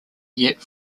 yet